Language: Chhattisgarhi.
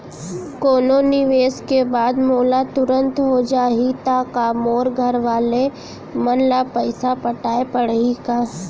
कोनो निवेश के बाद मोला तुरंत हो जाही ता का मोर घरवाले मन ला पइसा पटाय पड़ही का?